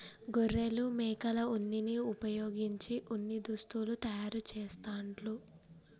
గొర్రెలు మేకల ఉన్నిని వుపయోగించి ఉన్ని దుస్తులు తయారు చేస్తాండ్లు